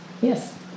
Yes